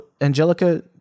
Angelica